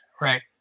Right